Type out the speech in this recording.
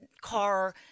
car